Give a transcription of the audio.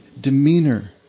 demeanor